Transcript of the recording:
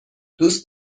دوست